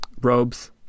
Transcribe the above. Robes